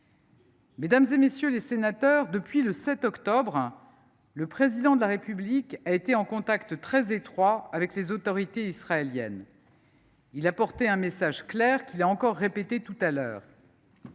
Mesdames, messieurs les sénateurs, depuis le 7 octobre, le Président de la République a été en contact très étroit avec les autorités israéliennes. Il a porté un message clair, qu’il a encore répété tout à l’heure